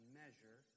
measure